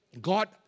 God